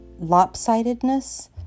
lopsidedness